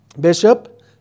Bishop